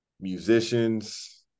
musicians